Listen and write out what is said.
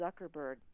Zuckerberg